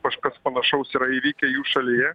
kažkas panašaus yra įvykę jų šalyje